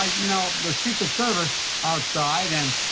you know, there are secret service outside, and